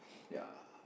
ya